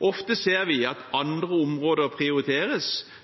Ofte ser vi at andre områder prioriteres